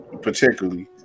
particularly